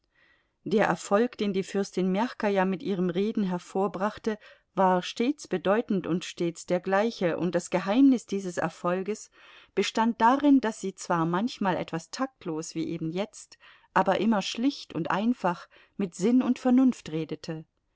der erfolg den die fürstin mjachkaja mit ihrem reden hervorbrachte war stets bedeutend und stets der gleiche und das geheimnis dieses erfolges bestand darin daß sie zwar manchmal etwas taktlos wie eben jetzt aber immer schlicht und einfach mit sinn und vernunft redete